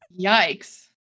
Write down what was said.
Yikes